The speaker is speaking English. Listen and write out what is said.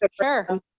sure